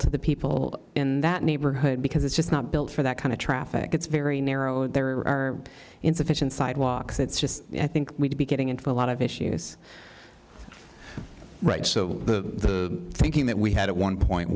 to the people in that neighborhood because it's just not built for that kind of traffic it's very narrow and there are insufficient sidewalks it's just i think we'd be getting into a lot of issues right so the thinking that we had at one point